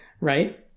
right